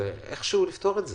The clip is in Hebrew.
ואיכשהו לפתור את זה.